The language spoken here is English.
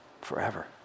Forever